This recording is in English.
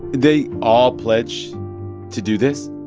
they all pledged to do this?